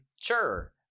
Sure